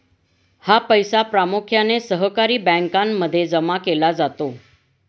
हा पैसा प्रामुख्याने सहकारी बँकांमध्ये जमा केला जातो